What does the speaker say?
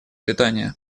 питания